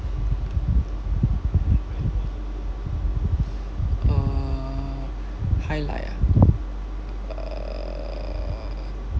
uh highlight ah uh